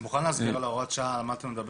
אתה יכול להסביר על הוראת השעה על מה אתה מדבר?